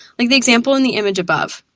like the example in the image above.